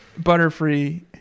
Butterfree